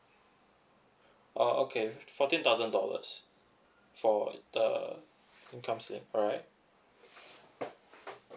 uh okay fourteen thousand dollars for the income ceiling alright